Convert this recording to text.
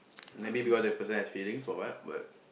maybe because that person has feelings or what but